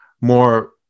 more